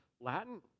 Latin